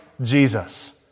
Jesus